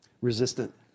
resistant